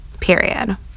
period